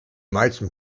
meisten